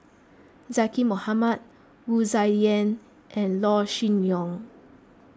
Zaqy Mohamad Wu Tsai Yen and Yaw Shin Leong